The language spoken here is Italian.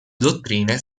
dottrine